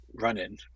run-in